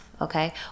Okay